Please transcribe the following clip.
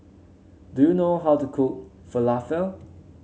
do you know how to cook Falafel